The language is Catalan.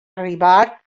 arribar